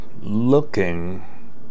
looking